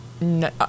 no